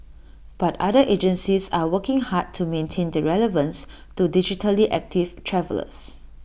but other agencies are working hard to maintain their relevance to digitally active travellers